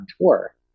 tour